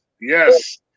Yes